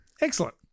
Excellent